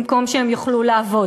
במקום שהם יוכלו לעבוד,